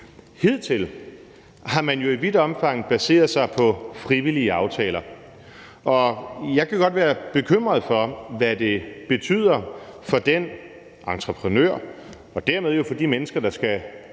Hidtil har man jo i vidt omfang baseret sig på frivillige aftaler, og jeg kan godt være bekymret for, hvad det betyder for den entreprenør og dermed jo for de mennesker, der skal